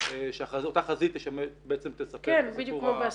שאותה חזית בעצם תספק את הסיפור ההיסטורי.